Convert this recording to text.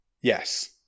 Yes